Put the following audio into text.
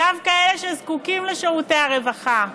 דווקא אלה שזקוקים לשירותי הרווחה,